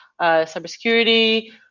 cybersecurity